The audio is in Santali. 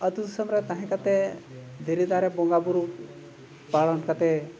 ᱟᱛᱳ ᱫᱤᱥᱚᱢ ᱨᱮ ᱛᱟᱦᱮᱸ ᱠᱟᱛᱮᱜ ᱫᱷᱤᱨᱤ ᱫᱟᱨᱮ ᱵᱚᱸᱜᱟ ᱵᱩᱨᱩ ᱯᱟᱞᱚᱱ ᱠᱟᱛᱮ